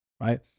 right